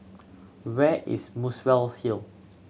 where is Muswell Hill